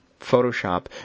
Photoshop